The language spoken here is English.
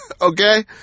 Okay